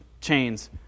chains